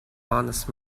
honest